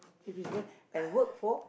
if it's and work for